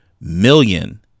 million